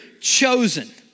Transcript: chosen